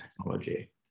technology